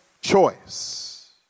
choice